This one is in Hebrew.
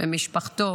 ומשפחתו